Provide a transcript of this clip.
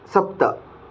सप्त